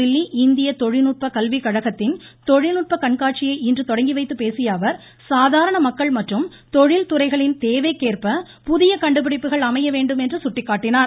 புதுதில்லி இந்திய தொழில்நுட்பக் கல்வி கழகத்தின் கொழில் ஙட்ப கண்காட்சியை இன்று தொடங்கி வைத்துப் பேசிய அவர் சாதாரண மக்கள் மற்றும் தொழில் துறைகளின் தேவைக்கேற்ப புதிய கண்டுபிடிப்புகள் அமைய வேண்டும் என்று சுட்டிக்காட்டினார்